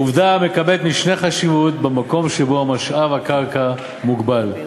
עובדה המקבלת משנה חשיבות במקום שבו משאב הקרקע מוגבל.